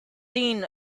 seen